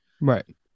Right